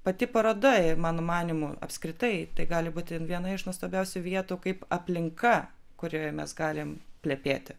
pati paroda mano manymu apskritai tai gali būti viena iš nuostabiausių vietų kaip aplinka kurioje mes galim plepėti